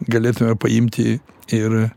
galėtume paimti ir